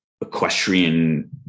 equestrian